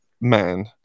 man